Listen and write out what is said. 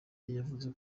yavuze